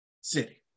city